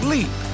Leap